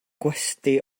gwesty